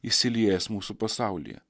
įsiliejęs mūsų pasaulyje